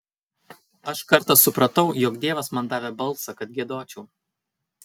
aš kartą supratau jog dievas man davė balsą kad giedočiau